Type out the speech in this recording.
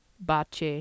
bache